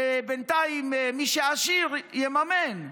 את בעד שבינתיים מי שעשיר יממן.